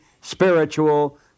spiritual